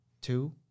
two